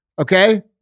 Okay